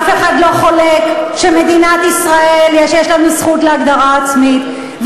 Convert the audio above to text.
אף אחד לא חולק על כך שיש לנו זכות להגדרה עצמית,